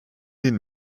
den